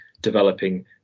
developing